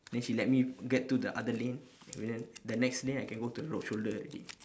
then she let me get to the other lane the next lane I can go to the road show already